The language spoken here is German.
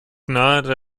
nahe